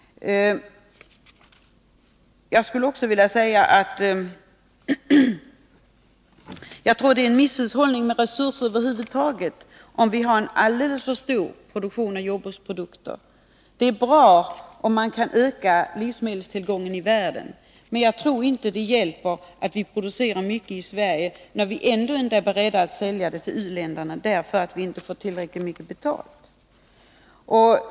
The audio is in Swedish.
Jag skulle också vilja säga att jag tror att det är misshushållning med resurser över huvud taget, om vi har en alldeles för stor jordbruksproduktion. Det är bra om man kan öka livsmedelstillgången i världen, men jag tror inte att det hjälper att vi producerar mycket i Sverige, när vi ändå inte är beredda att sälja överskottet till u-länderna därför att vi inte får tillräckligt mycket betalt.